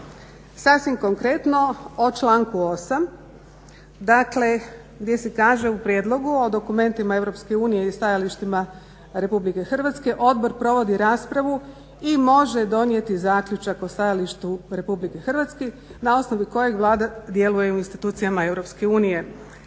Sasvim konkretno o članku 8. dakle gdje se kaže u prijedlogu o dokumentima Europske unije i stajalištima Republike Hrvatske odbor provodi raspravu i može donijeti zaključak o stajalištu Republike Hrvatske na osnovu kojeg Vlada djeluje u institucijama